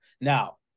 Now